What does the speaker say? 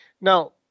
Now